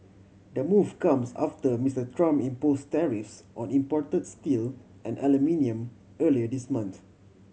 the move comes after Mister Trump impose tariffs on imported steel and aluminium earlier this month